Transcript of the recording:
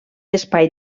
espai